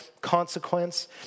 consequence